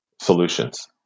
solutions